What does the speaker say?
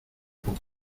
poco